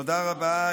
תודה רבה.